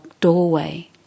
doorway